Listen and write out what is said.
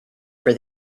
for